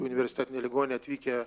universitetinę ligoninę atvykę